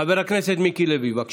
חבר הכנסת מיקי לוי, בבקשה.